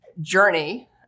journey